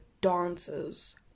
dances